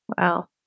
Wow